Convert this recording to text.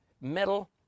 metal